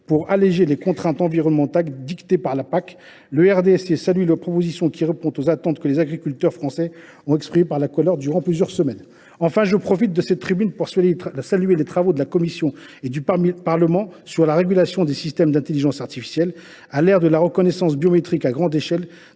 pour alléger les contraintes environnementales dictées par la PAC seront notamment évoqués. Le RDSE salue les propositions qui répondent aux attentes que les agriculteurs français ont exprimées dans la colère durant plusieurs semaines. Enfin, je profite de cette tribune pour saluer les travaux de la Commission et du Parlement sur la régulation des systèmes d’intelligence artificielle (IA). À l’ère de la reconnaissance biométrique à grande échelle,